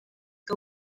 que